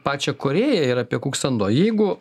pačią korėją ir apie kuksando jeigu